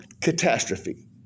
catastrophe